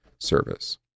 service